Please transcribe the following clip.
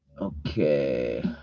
Okay